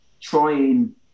trying